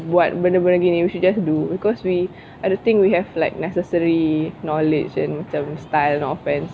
buat benda-benda gini we should just do because we I don't think we have like necessary knowledge in macam style no offence